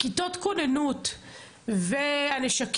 כיתות הכוננות והנשקים,